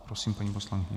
Prosím, paní poslankyně.